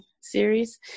series